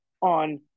on